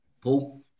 Paul